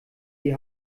die